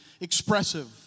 expressive